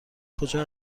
کجا